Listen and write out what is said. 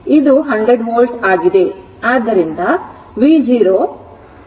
ಇದು 100 ವೋಲ್ಟ್ ಆಗಿದೆ